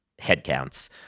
headcounts